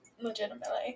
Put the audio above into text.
Legitimately